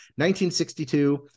1962